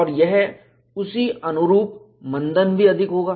और एक उसी अनुरूप मंदन भी अधिक होगा